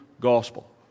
gospel